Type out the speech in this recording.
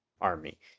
army